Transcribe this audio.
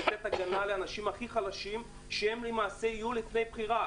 לתת הגנה לאנשים הכי חלשים שיהיו בפני בחירה,